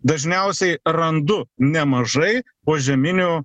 dažniausiai randu nemažai požeminių